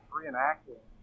reenacting